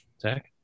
Zach